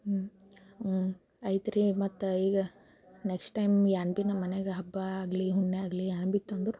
ಹ್ಞೂಂ ಹ್ಞೂಂ ಆಯ್ತುರಿ ಮತ್ತೆ ಈಗ ನೆಕ್ಸ್ಟ್ ಟೈಮ್ ಏನು ಭೀ ನಮ್ಮನೆಗ ಹಬ್ಬ ಆಗಲಿ ಹುಣ್ಣಿಮೆ ಆಗಲಿ ಏನು ಭೀ ಇತ್ತಂದ್ರೆ